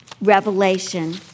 Revelation